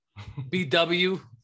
BW